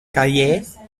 cahiers